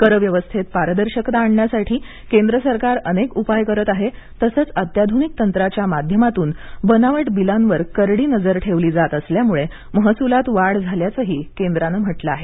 कर व्यवस्थेत पारदर्शकता आणण्यासाठी केंद्र सरकार अनेक उपाय करत आहे तसंच अत्याधुनिक तंत्राच्या माध्यमातून बनावट बिलांवर करडी नजर ठेवली जात असल्यामुळे महसुलात वाढ झाल्याचंही केंद्रानं म्हटलं आहे